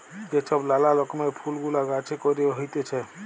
যে ছব লালা রকমের ফুল গুলা গাহাছে ক্যইরে হ্যইতেছে